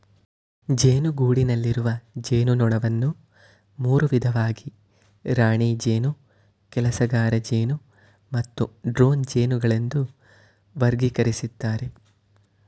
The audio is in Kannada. ಜೇನುಗೂಡಿನಲ್ಲಿರುವ ಜೇನುನೊಣವನ್ನು ಮೂರು ವಿಧವಾಗಿ ರಾಣಿ ಜೇನು ಕೆಲಸಗಾರಜೇನು ಮತ್ತು ಡ್ರೋನ್ ಜೇನುಗಳೆಂದು ವರ್ಗಕರಿಸಿದ್ದಾರೆ